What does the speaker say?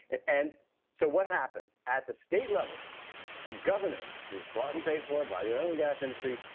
and so what happens? at the state level the governor, who is bought and paid for by the oil and gas industry,